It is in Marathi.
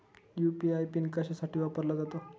यू.पी.आय पिन कशासाठी वापरला जातो?